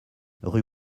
rue